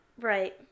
Right